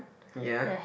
ya